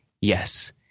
yes